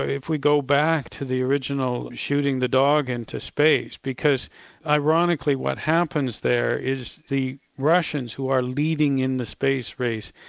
if we go back to the original shooting the dog into space, because ironically what happens there is the russians who are leading in the space race,